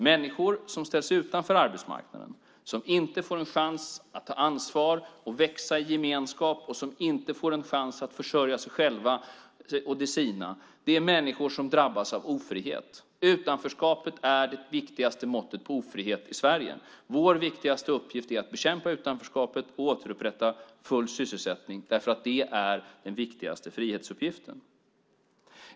Människor som ställs utanför arbetsmarknaden, som inte får en chans att ta ansvar och växa i gemenskap och som inte får en chans att försörja sig själva och de sina är människor som drabbas av ofrihet. Utanförskapet är det viktigaste måttet på ofrihet i Sverige. Vår viktigaste uppgift är att bekämpa utanförskapet och återupprätta full sysselsättning, för det är den viktigaste frihetsuppgiften.